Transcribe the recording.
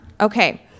Okay